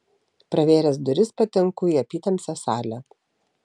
pravėręs duris patenku į apytamsę salę